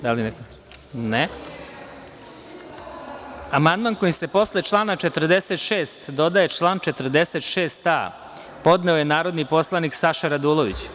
Da li neko želi reč? (Ne.) Amandman kojim se posle člana 46. dodaje član 46a podneo je narodni poslanik Saša Radulović.